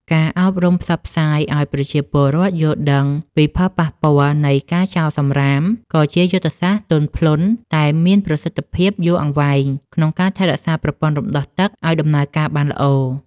ការអប់រំផ្សព្វផ្សាយឱ្យប្រជាពលរដ្ឋយល់ដឹងពីផលប៉ះពាល់នៃការចោលសំរាម ក៏ជាយុទ្ធសាស្ត្រទន់ភ្លន់តែមានប្រសិទ្ធភាពយូរអង្វែង ក្នុងការថែរក្សាប្រព័ន្ធរំដោះទឹកឱ្យដំណើរការបានល្អ។